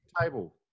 table